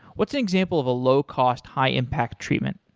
what's an example of a low cost, high impact treatment?